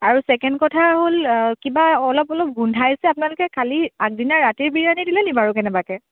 আৰু ছেকেণ্ড কথা হ'ল কিবা অলপ অলপ গোন্ধাইছে আপোনালোকে কালি আগদিনা ৰাতিৰ বিৰিয়ানী দিলে নেকি বাৰু কেনেবাকৈ